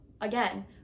again